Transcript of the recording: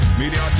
media